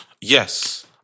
Yes